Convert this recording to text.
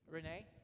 Renee